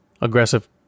aggressive